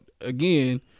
again